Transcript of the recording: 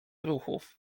ruchów